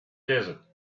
desert